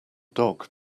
dog